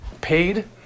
paid